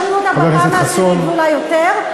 שאתם מאשרים אותה בפעם העשירית ואולי יותר,